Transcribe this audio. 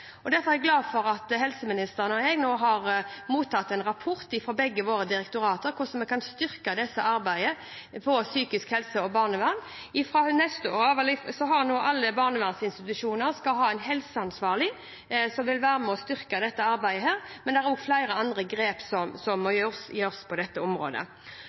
helse. Derfor er jeg glad for at helseministeren og jeg nå har mottatt en rapport fra begge våre direktorat om hvordan vi kan styrke dette arbeidet innen psykisk helse og barnevern. Fra neste år skal alle barnevernsinstitusjoner ha en helseansvarlig, som vil være med og styrke dette arbeidet, men det må også tas flere andre grep på dette området.